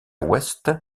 ouest